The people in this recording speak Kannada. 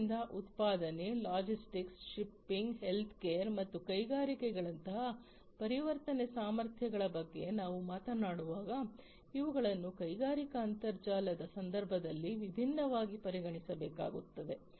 ಆದ್ದರಿಂದ ಉತ್ಪಾದನೆ ಲಾಜಿಸ್ಟಿಕ್ಸ್ ಶಿಪ್ಪಿಂಗ್ ಹೆಲ್ತ್ಕೇರ್ ಮತ್ತು ಕೈಗಾರಿಕೆಗಳಂತಹ ಪರಿವರ್ತನೆ ಸಾಮರ್ಥ್ಯಗಳ ಬಗ್ಗೆ ನಾವು ಮಾತನಾಡುವಾಗ ಇವುಗಳನ್ನು ಕೈಗಾರಿಕಾ ಅಂತರ್ಜಾಲದ ಸಂದರ್ಭದಲ್ಲಿ ವಿಭಿನ್ನವಾಗಿ ಪರಿಗಣಿಸಬೇಕಾಗುತ್ತದೆ